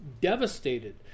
devastated